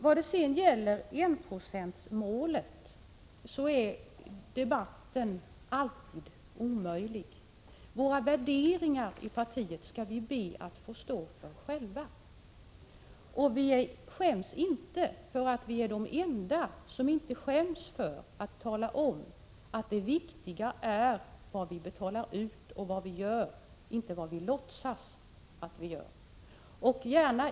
När det gäller enprocentsmålet är debatten alltid omöjlig. Våra värderingar i partiet skall vi be att få stå för själva, och vi skäms inte för att vårt parti är det enda parti som inte skäms för att tala om att det viktiga är vad vi betalar ut och vad vi gör, inte vad vi låtsas att vi gör.